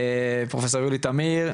פרופ' יולי תמיר,